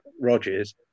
Rodgers